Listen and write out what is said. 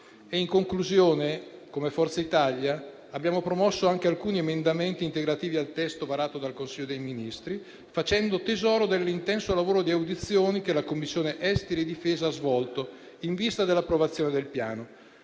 In conclusione, come Forza Italia, abbiamo promosso anche alcuni emendamenti integrativi al testo varato dal Consiglio dei ministri, facendo tesoro dell'intenso lavoro di audizioni che la Commissione affari esteri e difesa ha svolto in vista dell'approvazione del Piano.